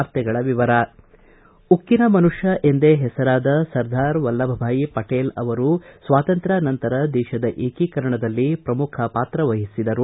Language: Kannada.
ವಾರ್ತೆಗಳ ವಿವರ ಉಕ್ಕನ ಮನುಷ್ಟ ಎಂದೇ ಹೆಸರಾದ ಸರ್ದಾರ್ ವಲ್ಲಭಭಯ್ ಪಟೇಲ್ ಅವರು ಸ್ವಾತಂತ್ರ್ಯಾನಂತರ ದೇತದ ಏಕೀಕರಣದಲ್ಲಿ ಪ್ರಮುಖ ಪಾತ್ರ ವಹಿಸಿದರು